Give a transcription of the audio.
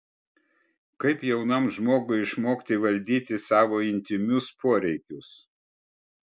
kaip jaunam žmogui išmokti valdyti savo intymius poreikius